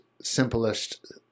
simplest